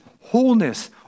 wholeness